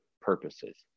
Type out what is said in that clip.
purposes